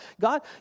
God